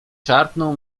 szarpnął